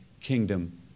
kingdom